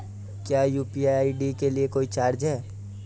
क्या UPI ID के लिए कोई चार्ज है?